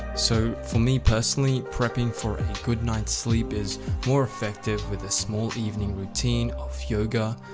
so for me personally prepping for a good night's sleep is more effective with a small evening routine of yoga,